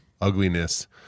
ugliness